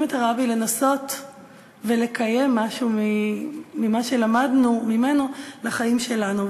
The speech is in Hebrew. את הרבי לנסות ולקיים משהו ממה שלמדנו ממנו בחיים שלנו.